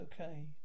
okay